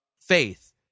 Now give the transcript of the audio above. faith